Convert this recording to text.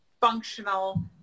functional